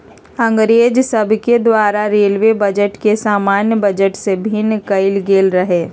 अंग्रेज सभके द्वारा रेलवे बजट के सामान्य बजट से भिन्न कएल गेल रहै